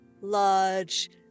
large